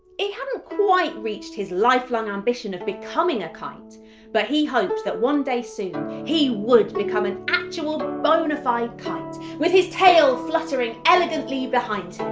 hadn't quite reached his lifelong ambition of becoming a kite but he hoped that one day soon he would become an actual bona fide kite with his tail fluttering elegantly behind him.